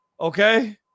Okay